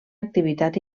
activitat